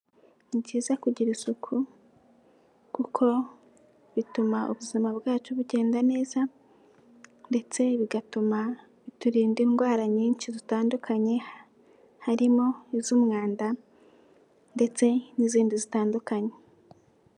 Ni byiza kugira isuku, kuko bituma ubuzima bwacu bugenda neza ndetse bigatuma biturinda indwara nyinshi zitandukanye, harimo iz'umwanda ndetse n'izindi zitandukanye.